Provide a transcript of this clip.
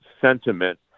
sentiment